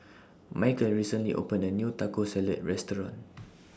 Micheal recently opened A New Taco Salad Restaurant